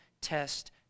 test